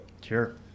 sure